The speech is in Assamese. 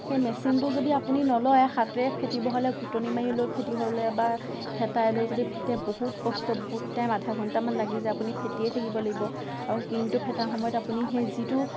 সেই মেচিনটো যদি আপুনি নলয় হাতেৰে ফেটিব হ'লে ঘুটনি মাৰিলৈ ফেটিবলৈ বা হেতায়েলৈ যদি ফেটে বহুত কষ্ট বহুত টাইম আধা ঘণ্টামান লাগি যায় আপুনি ফেটিয়ে থাকিব লাগিব আৰু ক্ৰিমটো ফেটা সময়ত আপুনি সেই যিটো